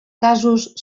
casos